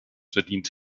verdient